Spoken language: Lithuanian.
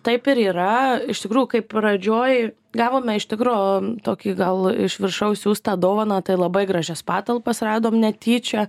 taip ir yra iš tikrųjų kai pradžioj gavome iš tikro tokį gal iš viršaus siųstą dovaną tai labai gražias patalpas radom netyčia